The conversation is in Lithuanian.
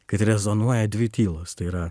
kad rezonuoja dvi tylos tai yra